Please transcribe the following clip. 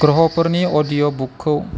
ग्रह'फोरनि अदिय'बुकखौ